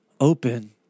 open